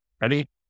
Ready